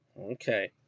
Okay